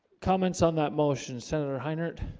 comments on that motion senator high note